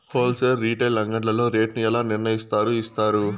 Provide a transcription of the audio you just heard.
Whole sale retail అంగడ్లలో rate ను ఎలా నిర్ణయిస్తారు యిస్తారు?